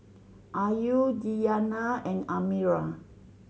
Ayu Diyana and Amirah